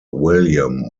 william